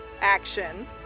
action